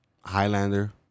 Highlander